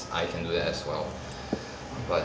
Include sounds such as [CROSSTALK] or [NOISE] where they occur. I can do that as well [BREATH] but